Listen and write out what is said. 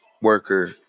worker